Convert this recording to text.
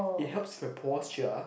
it helps my posture